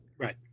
Right